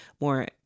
more